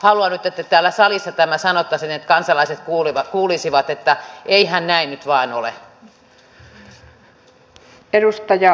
haluan nyt että täällä salissa tämä sanottaisiin että kansalaiset kuulisivat että eihän näin nyt vain ole